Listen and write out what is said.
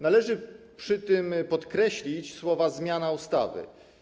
Należy przy tym podkreślić słowa „zmiana ustawy”